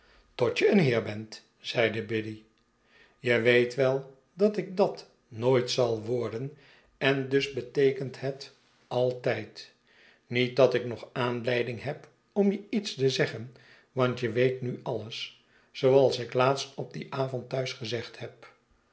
tot je een heer bent zeide biddy je weet wel dat ik dat nooit zai worden en dus beteekent het aitijd niet dat ik nog aanleiding heb om je iets te zeggen want je weet nu alles zooals ik laatst op dien avond thuis gezegd heb